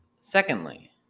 Secondly